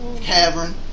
cavern